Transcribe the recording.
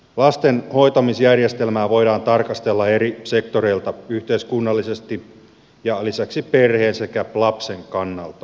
lasten hoitamisjärjestelmää voidaan tarkastella eri sektoreilta yhteiskunnallisesti ja lisäksi perheen sekä lapsen kannalta